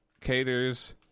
caters